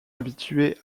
habituée